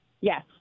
Yes